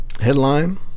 Headline